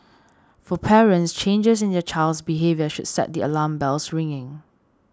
for parents changes in their child's behaviour should set the alarm bells ringing